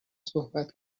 صحبت